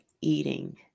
eating